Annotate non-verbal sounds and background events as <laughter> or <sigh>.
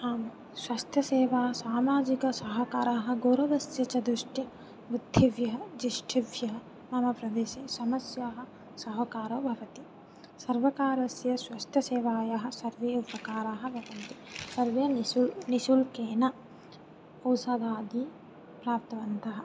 आम् स्वास्थ्यसेवा सामाजिकसहकारः गौरवस्य च <unintelligible> मम प्रदेसे समस्याः सहकार भवति सर्वकारस्य श्वस्थ्यसेवाया सर्वे उपकाराः भवन्ति सर्वे निःशुल्केन औसदादि प्राप्तवन्तः